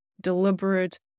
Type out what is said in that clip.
deliberate